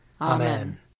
Amen